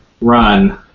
run